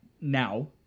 now